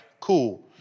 Cool